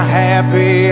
happy